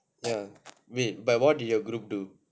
ya wait but what did your group do